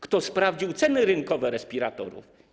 Kto sprawdził ceny rynkowe respiratorów?